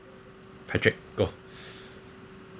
patrick go